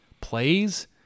Plays